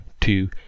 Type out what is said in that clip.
two